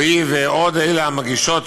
או היא ועוד אלה המגישות